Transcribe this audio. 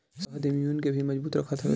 शहद इम्यून के भी मजबूत रखत हवे